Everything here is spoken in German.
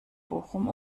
bochum